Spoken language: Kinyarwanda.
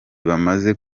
bamaze